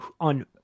on